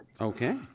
Okay